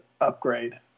upgrade